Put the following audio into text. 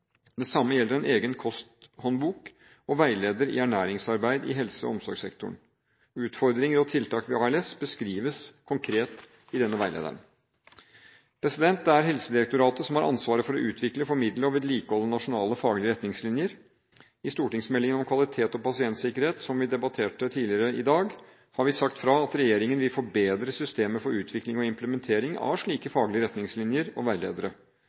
Det samme gjelder en egen kosthåndbok og veileder i ernæringsarbeid i helse- og omsorgssektoren. Utfordringer og tiltak ved ALS beskrives konkret i denne veilederen. Det er Helsedirektoratet som har ansvaret for å utvikle, formidle og vedlikeholde nasjonale faglige retningslinjer. I stortingsmeldingen om kvalitet og pasientsikkerhet, som vi debatterte tidligere i dag, har vi sagt fra om at regjeringen vil forbedre systemet for utvikling og implementering av slike faglige retningslinjer og veiledere.